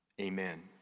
amen